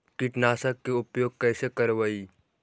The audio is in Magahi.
कीटनाशक के उपयोग कैसे करबइ?